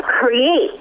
create